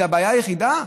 זו הבעיה היחידה?